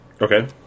Okay